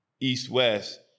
East-West